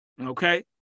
Okay